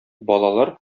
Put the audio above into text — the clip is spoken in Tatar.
балалар